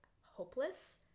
hopeless